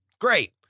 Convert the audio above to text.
Great